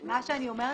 מה שאני אומרת,